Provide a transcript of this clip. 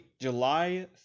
July